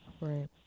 right